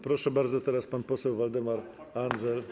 Proszę bardzo, teraz pan poseł Waldemar Andzel.